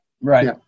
Right